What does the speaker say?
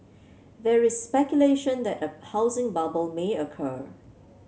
there is speculation that a housing bubble may occur